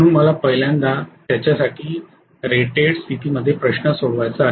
म्हणून मला पहिल्यांदा त्याच्यासाठी रेटेड स्थितीमध्ये प्रश्न सोडवायचा आहे